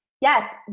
yes